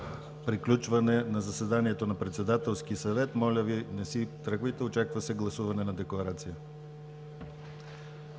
приключване на заседанието на Председателския съвет. Моля Ви, не си тръгвайте – очаква се гласуване на декларация.